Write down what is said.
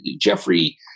Jeffrey